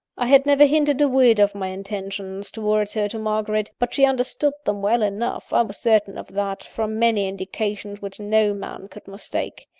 i had never hinted a word of my intentions towards her to margaret but she understood them well enough i was certain of that, from many indications which no man could mistake.